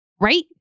Right